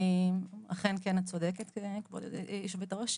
אכן כן, את צודקת, כבוד יושבת הראש.